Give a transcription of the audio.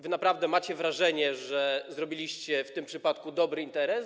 Wy naprawdę macie wrażenie, że zrobiliście w tym przypadku dobry interes?